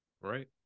Right